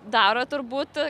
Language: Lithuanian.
daro turbūt